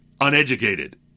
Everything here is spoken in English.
uneducated